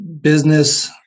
business